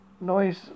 noise